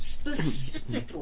specifically